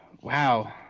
Wow